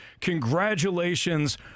Congratulations